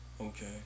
Okay